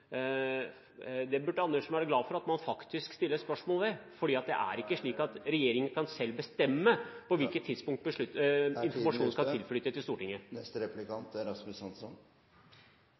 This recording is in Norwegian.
det burde Andersen være glad for at man faktisk stiller spørsmål ved, for det er ikke slik at regjeringen selv kan bestemme på hvilket tidspunkt informasjon skal tilflyte Stortinget.